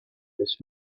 this